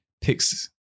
picks